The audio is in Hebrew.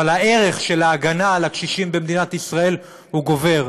אבל הערך של ההגנה על הקשישים במדינת ישראל גובר.